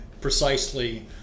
precisely